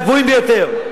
מהגבוהים ביותר.